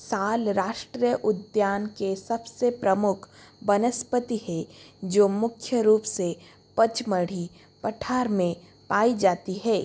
साल राष्ट्रीय उद्यान के सबसे प्रमुख बनस्पति है जो मुख्य रूप से पचमढ़ी पठार में पाई जाती है